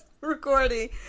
recording